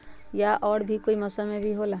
या और भी कोई मौसम मे भी होला?